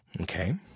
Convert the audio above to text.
Okay